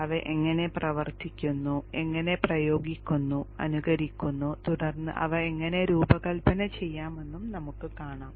അവ എങ്ങനെ പ്രവർത്തിക്കുന്നു എങ്ങനെ പ്രയോഗിക്കുന്നു അനുകരിക്കുന്നു തുടർന്ന് അവ എങ്ങനെ രൂപകൽപ്പന ചെയ്യാമെന്നും നമുക്ക് കാണാം